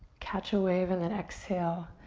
catch a wave and then exhale.